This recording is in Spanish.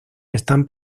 están